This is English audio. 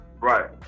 Right